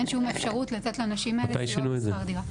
אין שום אפשרות לתת לנשים האלה סיוע בשכר דירה.